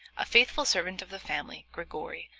a faithful servant of the family, grigory,